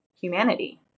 humanity